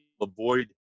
avoid